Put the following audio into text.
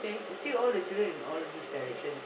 you see all the children in all which direction